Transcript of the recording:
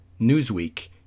Newsweek